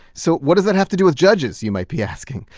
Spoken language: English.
so what does that have to do with judges you might be asking?